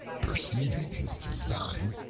perceiving his design,